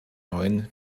neuen